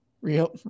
Real